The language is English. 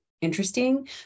interesting